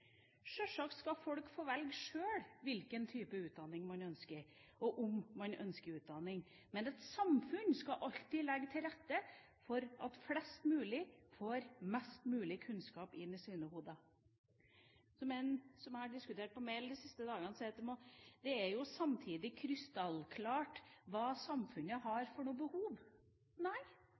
Sjølsagt skal folk sjøl få velge hvilken type utdanning man ønsker – og om man ønsker utdanning. Men et samfunn skal alltid legge til rette for at flest mulig får mest mulig kunnskap inn i sine hoder. Som en som jeg har diskutert med på mail de siste dagene, sier, at det er jo samtidig krystallklart hva samfunnet har for behov. Nei,